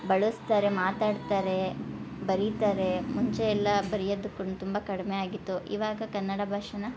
ಬಳಸ್ತಾರೆ ಮಾತಾಡ್ತಾರೆ ಬರೀತಾರೆ ಮುಂಚೆ ಎಲ್ಲ ಬರಿಯದಕ್ಕು ತುಂಬ ಕಡಿಮೆ ಆಗಿತ್ತು ಇವಾಗ ಕನ್ನಡ ಭಾಷೆನ